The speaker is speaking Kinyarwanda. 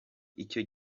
icyo